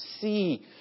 see